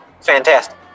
fantastic